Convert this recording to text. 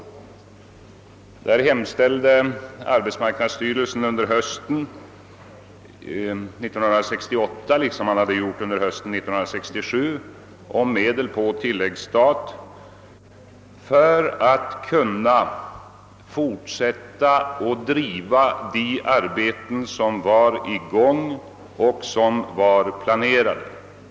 Arbetsmarknadsstyrelsen hemställde under hösten 1968 liksom man hade gjort under hösten 1967 om medel på tilläggsstat för att kunna driva både de arbeten som var i gång och som var planerade.